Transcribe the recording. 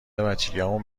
بچگیهامون